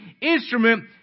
instrument